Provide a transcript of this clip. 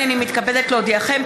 הינני מתכבדת להודיעכם,